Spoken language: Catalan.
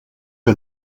que